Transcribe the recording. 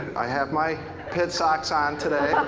i have my pit socks on today.